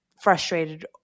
frustrated